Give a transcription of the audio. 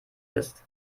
ist